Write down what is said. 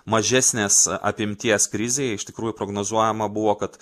mažesnės apimties krizei iš tikrųjų prognozuojama buvo kad